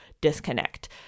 disconnect